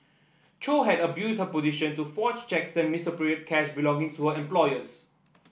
chow had abused her position to forge cheques cash belonging to her employers